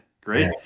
great